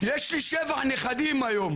יש לי שבעה נכדים היום,